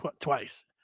twice